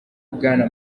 bwana